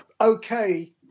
okay